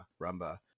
Rumba